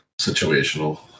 Situational